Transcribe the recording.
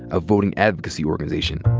a voting advocacy organization.